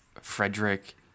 Frederick